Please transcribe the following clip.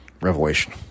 revelation